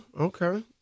okay